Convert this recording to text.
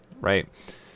right